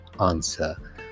answer